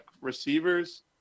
receivers